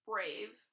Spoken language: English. Brave